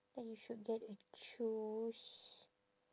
uh you should get a shoes